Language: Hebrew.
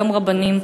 גם רבנים.